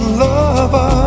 lover